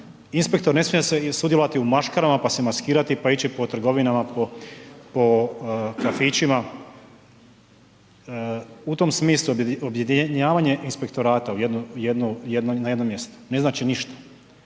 inspektor ne smije sudjelovati u maškarama, pa se maskirati, pa ići po trgovinama, po kafićima, u tom smislu objedinjavanje inspektorata na jedno mjesto, ne znači ništa.